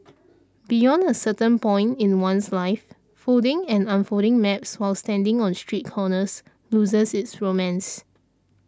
beyond a certain point in one's life folding and unfolding maps while standing on street corners loses its romance